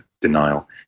denial